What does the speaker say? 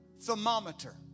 thermometer